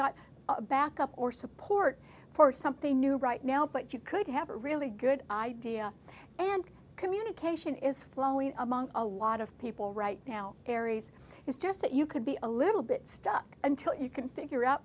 a back up or support for something new right now but you could have a really good idea and communication is flowing among a lot of people right now aries is just that you could be a little bit stuck until you can figure out